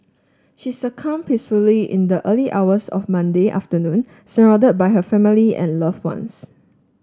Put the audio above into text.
she succumb peacefully in the early hours of Monday afternoon surrounded by her family and loved ones